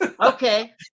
Okay